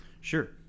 Sure